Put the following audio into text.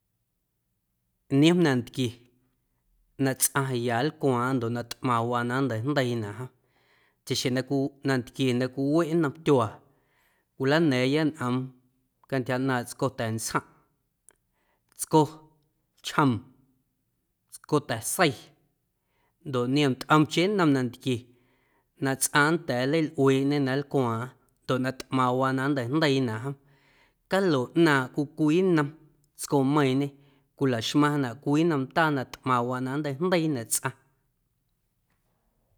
Niom nantquie na tsꞌaⁿ ya nlcuaaⁿꞌaⁿ ndoꞌ na tꞌmaⁿwaa na nnteijndeiinaꞌ jom chaꞌxjeⁿ na cwii nantquie na cwiweꞌ nnom tyuaa cwilana̱a̱ⁿya ñꞌoom cantyja ꞌnaaⁿꞌ tscota̱ntsjaⁿꞌ, tsco chjoom, tscota̱sei ndoꞌ niom ntꞌomcheⁿ nnom nantquie na tsꞌaⁿ nnda̱a̱ nleilꞌueeⁿꞌñe na nlcuaaⁿꞌaⁿ ndoꞌ na tꞌmaⁿwaa na nnteijndeiinaꞌ jom calo ꞌnaaⁿꞌ cwii cwii nnom tscomeiiⁿñe cwilaxmaⁿnaꞌ cwii nnom ndaa na tꞌmaⁿwaa nnteijndeiinaꞌ tsꞌaⁿ.